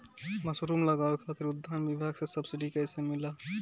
Mushroom लगावे खातिर उद्यान विभाग से सब्सिडी कैसे मिली?